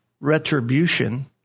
retribution